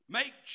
make